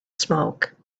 smoke